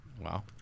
Wow